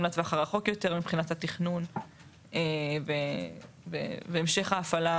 לטווח הרחוק יותר מבחינת התכנון והמשך ההפעלה,